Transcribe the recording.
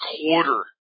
quarter